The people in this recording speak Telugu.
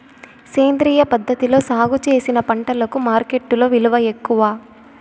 సేంద్రియ పద్ధతిలో సాగు చేసిన పంటలకు మార్కెట్టులో విలువ ఎక్కువ